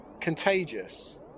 contagious